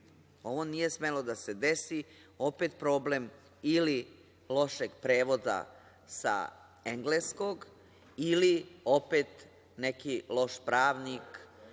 ovo nije smelo da se desi. Opet problem – ili lošeg prevoda sa engleskog ili opet neki loš pravnik.